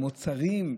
מוצרים,